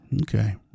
Okay